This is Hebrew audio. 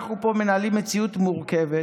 אנחנו פה מנהלים מציאות מורכבת